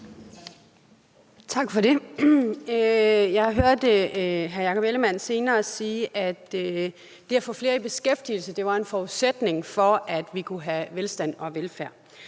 Tak for det. Jeg hørte hr. Jakob Ellemann-Jensen senere sige, at det at få flere i beskæftigelse var en forudsætning for, at vi kunne have velstand og velfærd,